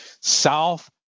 south